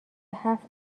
هفت